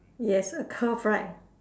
yes a curve right